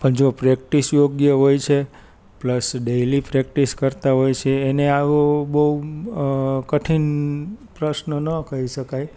પણ જો પ્રેકટીસ યોગ્ય હોય છે પ્લસ ડેઈલી પ્રેકટીસ કરતાં હોય છે એને આવો બહુ કઠિન પ્રશ્ન ન કહી શકાય